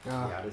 ya